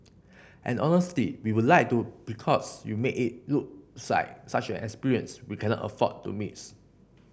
and honestly we would like to because you make it look side such an experience we cannot afford to miss